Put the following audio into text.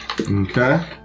Okay